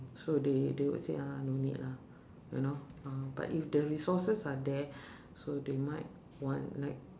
so they they would say ah no need lah you know uh but if the resources are there so they might want like